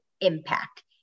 impact